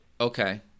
Okay